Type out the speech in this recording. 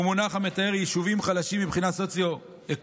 הוא מונח המתאר יישובים חלשים מבחינה סוציו-אקונומית,